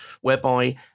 whereby